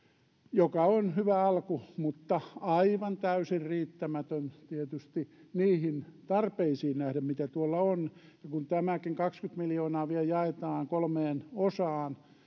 joka on hyvä alku mutta aivan täysin riittämätön tietysti niihin tarpeisiin nähden mitä tuolla on ja kun tämäkin kaksikymmentä miljoonaa vielä jaetaan kolmeen osaan